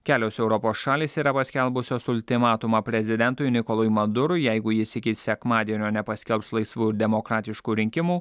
kelios europos šalys yra paskelbusios ultimatumą prezidentui nikolui madurui jeigu jis iki sekmadienio nepaskelbs laisvų ir demokratiškų rinkimų